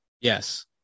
yes